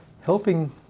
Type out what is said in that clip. helping